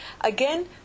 Again